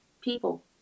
people